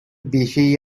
بیشهای